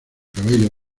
cabello